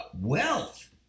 wealth